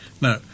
Now